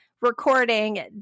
recording